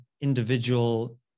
individual